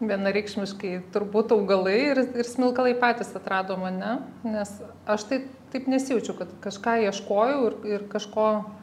vienareikšmiškai turbūt augalai ir ir smilkalai patys atrado mane nes aš tai taip nesijaučiu kad kažką ieškojau ir ir kažko